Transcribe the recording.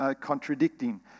contradicting